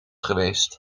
geweest